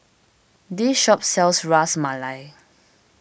this shop sells Ras Malai